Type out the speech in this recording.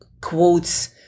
quotes